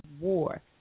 War